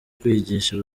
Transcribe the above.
kwigisha